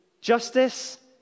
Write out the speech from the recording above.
justice